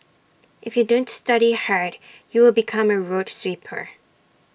if you don't study hard you will become A road sweeper